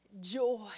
joy